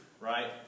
Right